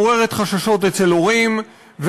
מעוררת חששות אצל הורים,